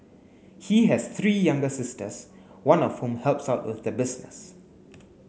he has three younger sisters one of whom helps out with the business